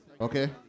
okay